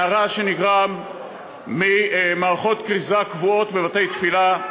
מרעש שנגרם ממערכות כריזה קבועות בבתי-תפילה,